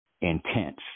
intense